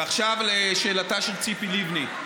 ועכשיו לשאלתה של ציפי לבני,